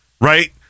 right